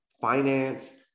finance